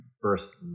first